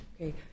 Okay